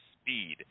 speed